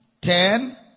ten